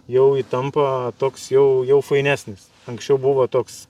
jau įtampa toks jau jau fainesnis anksčiau buvo toks